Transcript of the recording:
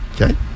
Okay